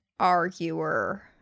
arguer